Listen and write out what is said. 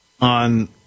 on